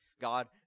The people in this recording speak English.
God